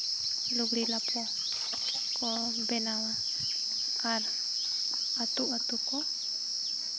ᱞᱩᱜᱽᱲᱤᱡ ᱞᱟᱯᱚ ᱠᱚ ᱵᱮᱱᱟᱣᱟ ᱟᱨ ᱟᱹᱛᱩ ᱟᱹᱛᱩ ᱠᱚ